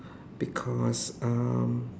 because um